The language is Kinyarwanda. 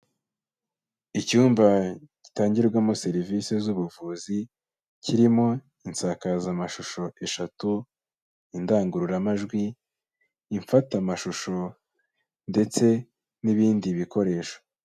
Icyumba gitangirwamo serivisi z'ubuvuzi, kirimo isakazamashusho eshatu, indangururamajwi, imfatamashusho ndetse n'ibindi bikoresho.